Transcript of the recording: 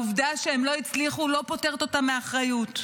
העובדה שהם לא הצליחו לא פוטרת אותם מאחריות.